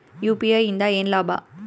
UPI ಇಂದ ಏನ್ ಲಾಭ?